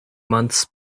months